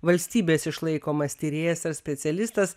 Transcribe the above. valstybės išlaikomas tyrėjas ar specialistas